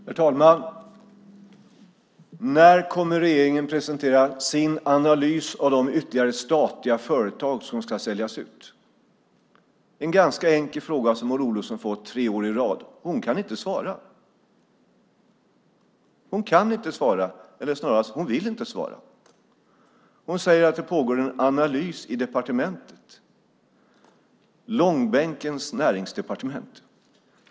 Herr talman! När kommer regeringen att presentera sin analys av ytterligare statliga företag som ska säljas ut? Det är en ganska enkel fråga som Maud Olofsson fått tre år i rad. Hon kan inte svara, eller snarare, hon vill inte svara. Hon säger att det pågår en analys i departementet - långbänkens Näringsdepartement.